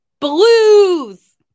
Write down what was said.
blues